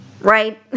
Right